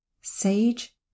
sage